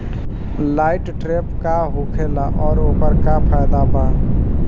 Light trap का होखेला आउर ओकर का फाइदा बा?